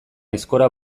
aizkora